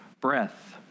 breath